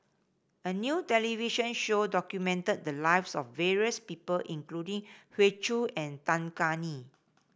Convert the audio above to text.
a new television show documented the lives of various people including Hoey Choo and Tan Kah Kee